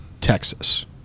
Texas